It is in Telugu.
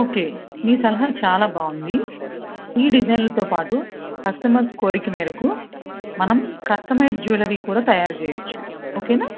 ఓకే మీ సలహా చాలా బాగుంది ఈ డిజైన్లతో పాటు కస్టమర్స్ కోరిక మేరకు మనం కస్టమైజ్డ్ జ్యూవెలరీ కూడా తయారు చెయ్యొచ్చు ఓకేనా